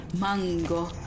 Mango